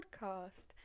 Podcast